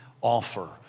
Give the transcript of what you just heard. offer